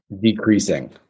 decreasing